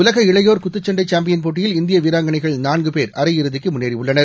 உலக இளையோர் குத்துச்சண்டை சாம்பியன் போட்டியில் இந்திய வீராங்களைகள் நான்கு பேர் அரையிறுதிக்கு முன்னேறியுள்ளனர்